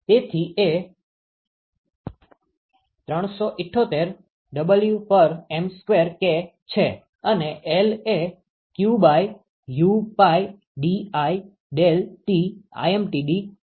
તેથી U એ 378Wm2K છે અને L એ qUπDI ∆Tlmtd 66